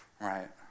right